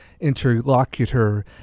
interlocutor